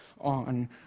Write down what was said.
on